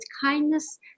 kindness